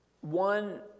one